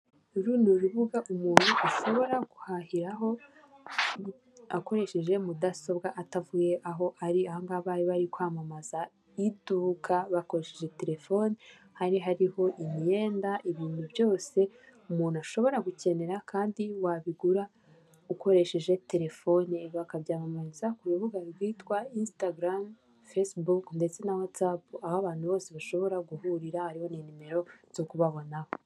Uru ni urubuga umuntu ashobora guhahiraho akoresheje mudasobwa atavuye aho ari, aha ngaha bari bari kwamamaza iduka bakoresheje telefoni hari hariho imyenda, ibintu byose umuntu ashobora gukenera kandi wabigura ukoresheje telefone bakabyamamariza ku rubuga rwitwa isitagaramu, fasebuke ndetse na watsapu aho abantu bose bashobora guhurira hariho ni nimero zo kubabonaho.